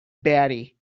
batty